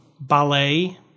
ballet